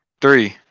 three